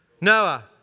Noah